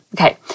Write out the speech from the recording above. Okay